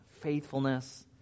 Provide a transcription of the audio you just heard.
faithfulness